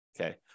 okay